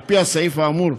על פי הסעיף האמור,